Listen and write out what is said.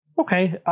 Okay